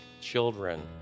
children